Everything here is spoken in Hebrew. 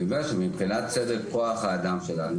אני אומר שמבחינת סדר כוח האדם שלנו